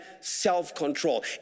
self-control